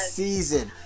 season